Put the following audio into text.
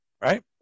right